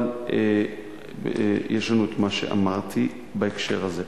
אבל יש לנו את מה שאמרתי בהקשר הזה.